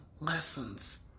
lessons